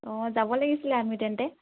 অঁ যাব লাগিছিলে আমিও তেন্তে